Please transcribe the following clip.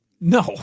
no